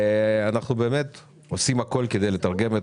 ואנחנו באמת עושים הכל כדי לתרגם את